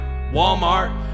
Walmart